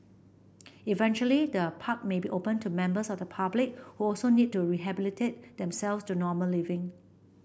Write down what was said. eventually the park may be open to members of the public who also need to rehabilitate themselves to normal living